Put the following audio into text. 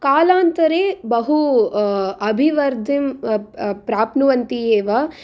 कालान्तरे बहु अभिवर्धं प्राप्नुवन्ति एव